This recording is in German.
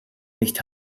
nicht